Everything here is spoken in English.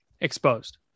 exposed